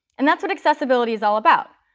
and that's what accessibility is all about,